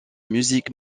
musique